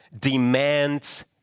demands